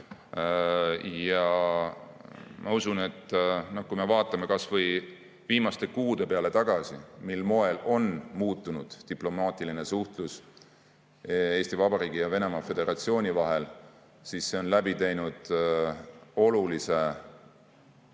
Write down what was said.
Ja ma usun, et kui me vaatame kas või viimaste kuude peale tagasi, mil moel on muutunud diplomaatiline suhtlus Eesti Vabariigi ja Venemaa Föderatsiooni vahel, siis see on läbi teinud olulise